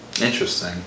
Interesting